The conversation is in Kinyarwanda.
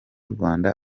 rwanda